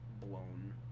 blown